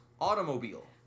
automobile